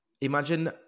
Imagine